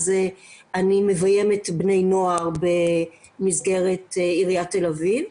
אני מביימת בני נוער במסגרת תל אביב.